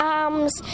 arms